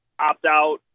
opt-out